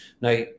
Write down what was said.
Now